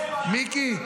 מיקי,